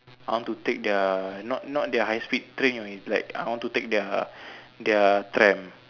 I want to take their not not their high speed train you know is like I want to take their their tram